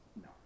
no